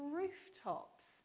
rooftops